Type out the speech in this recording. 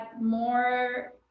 more